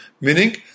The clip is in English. meaning